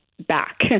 back